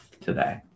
today